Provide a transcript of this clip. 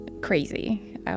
crazy